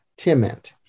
timent